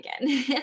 again